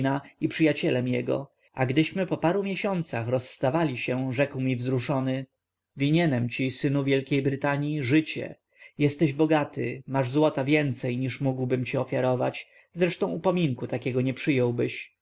nureddina i przyjacielem jego a gdyśmy po paru miesiącach rozstawali się rzekł mi wzruszony winienem ci synu wielkiej brytanii życie jesteś bogaty masz złota więcj niż mógłbym ci ofiarować zresztą upominku takiego nieprzyjąłbyś nie